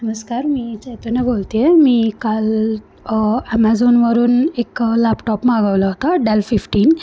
नमस्कार मी चैतन्या बोलते आहे मी काल ॲमेझॉनवरून एक लॅपटॉप मागवला होता डेल फिफ्टीन